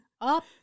Up